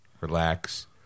relax